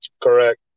correct